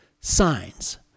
signs